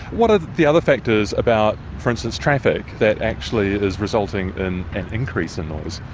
what are the other factors about, for instance, traffic, that actually is resulting in an increase in noise?